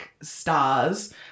stars